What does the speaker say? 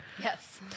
Yes